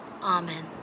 amen